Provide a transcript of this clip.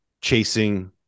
chasing